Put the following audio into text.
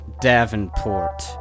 Davenport